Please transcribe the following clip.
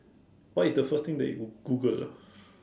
what is the first thing that you Google lah